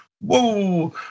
Whoa